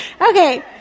Okay